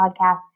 podcast